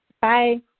Bye